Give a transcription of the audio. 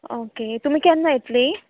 okay तुमी केन्ना येतलीं